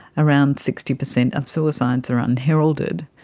around sixty percent of suicides are unheralded,